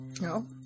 No